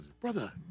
brother